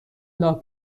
لاک